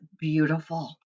beautiful